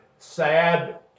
Sad